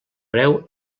preu